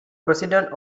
president